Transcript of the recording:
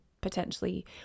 potentially